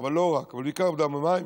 לא רק, בעיקר עבודה ומים.